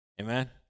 Amen